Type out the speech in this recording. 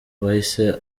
wahise